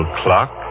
clock